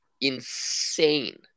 insane